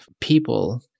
people